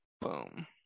Boom